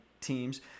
teams